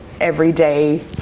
everyday